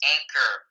Anchor